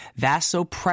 vasopressin